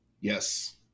Yes